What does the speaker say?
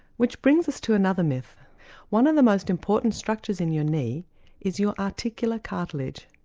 which brings us to another myth one of the most important structures in your knee is your articular cartilage.